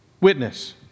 witness